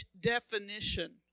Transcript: definition